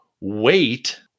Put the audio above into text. wait